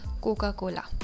Coca-Cola